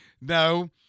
No